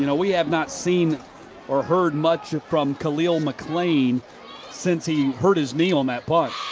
you know we have not seen or heard much from khalil mcclain since he hurt his knee on that pun.